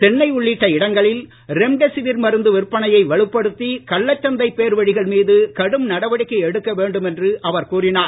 சென்னை உள்ளிட்ட இடங்களில் ரெம்டெசிவிர் மருந்து விற்பனையை வலுப்படுத்தி கள்ளச் சந்தை பேர்வழிகள் மீது கடும் நடவடிக்கை எடுக்க வேண்டும் என்று அவர் கூறினார்